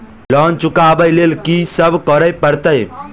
Loan चुका ब लैल की सब करऽ पड़तै?